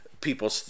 people